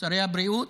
שרי הבריאות.